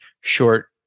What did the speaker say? short